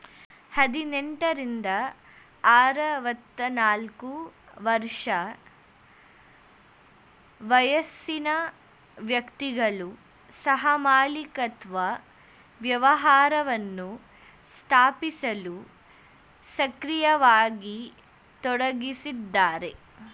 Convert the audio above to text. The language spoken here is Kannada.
ಹದಿನೆಂಟ ರಿಂದ ಆರವತ್ತನಾಲ್ಕು ವರ್ಷ ವಯಸ್ಸಿನ ವ್ಯಕ್ತಿಗಳು ಸಹಮಾಲಿಕತ್ವ ವ್ಯವಹಾರವನ್ನ ಸ್ಥಾಪಿಸಲು ಸಕ್ರಿಯವಾಗಿ ತೊಡಗಿಸಿದ್ದಾರೆ